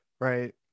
right